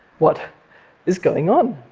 what is going on?